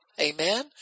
Amen